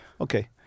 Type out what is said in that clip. Okay